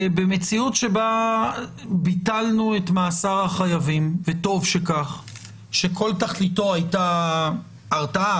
במציאות שבה ביטלנו את מאסר החייבים שכל תכליתו הייתה הרתעה